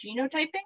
genotyping